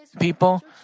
people